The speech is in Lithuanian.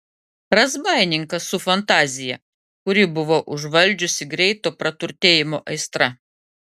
razbaininkas su fantazija kurį buvo užvaldžiusi greito praturtėjimo aistra